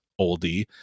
oldie